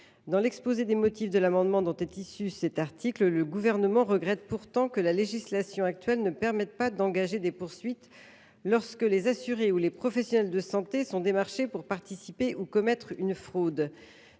Dans l’exposé sommaire de l’amendement dont est issu cet article, le Gouvernement regrettait pourtant que la législation actuelle ne permette pas d’engager des poursuites « lorsque les assurés ou les professionnels de santé sont démarchés pour participer [à] une fraude